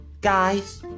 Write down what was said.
Guys